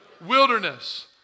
wilderness